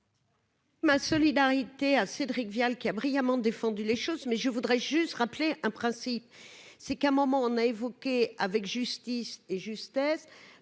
Ma solidarité à Cédric Vial qui a brillamment défendu les choses mais je voudrais juste rappeler un principe, c'est qu'un moment, on a évoqué avec justice et justesse